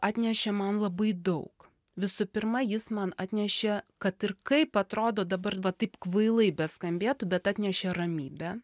atnešė man labai daug visu pirma jis man atnešė kad ir kaip atrodo dabar va taip kvailai beskambėtų bet atnešė ramybę